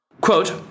Quote